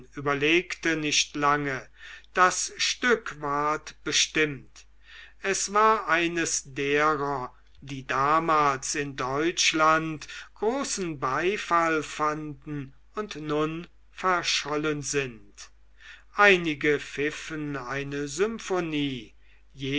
überlegte nicht lange das stück ward bestimmt es war eines derer die damals in deutschland großen beifall fanden und nun verschollen sind einige pfiffen eine symphonie